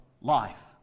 life